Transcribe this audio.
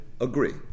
agree